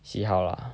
see how lah